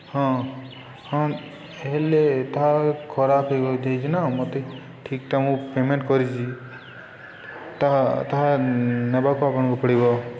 ହଁ ହଁ ହେଲେ ତାହା ଖରାପ ହେଇ ହୋଇଚି ନା ମୋତେ ଠିକ୍ଟା ମୁଁ ପେମେଣ୍ଟ୍ କରିଛି ତାହା ତାହା ନେବାକୁ ଆପଣଙ୍କୁ ପଡ଼ିବ